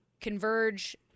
converge